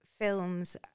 films